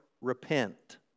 repent